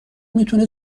میتونه